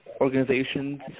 organizations